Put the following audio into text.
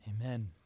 Amen